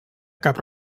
cap